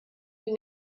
you